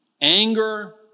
anger